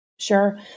Sure